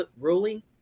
ruling